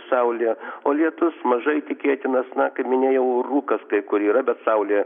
saulė o lietus mažai tikėtinas na kaip minėjau rūkas kai kur yra bet saulė